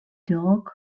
dog